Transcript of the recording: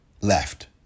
left